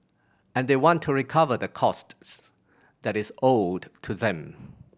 and they want to recover the costs that is owed to them